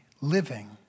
living